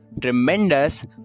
Tremendous